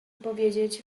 powiedzieć